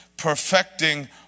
perfecting